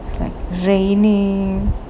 it's like raining